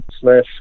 slash